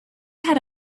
had